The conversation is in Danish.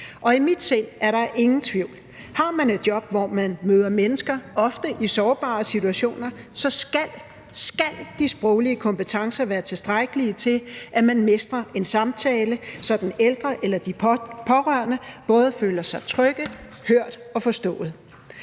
og i mit sind er der ingen tvivl. Har man et job, hvor man møder mennesker, ofte i sårbare situationer, skal de sproglige kompetencer være tilstrækkelige til, at man mestrer en samtale, så den ældre eller de pårørende både føler sig trygge, hørt og forstået.